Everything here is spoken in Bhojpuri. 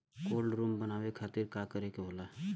कोल्ड रुम बनावे खातिर का करे के होला?